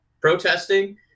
protesting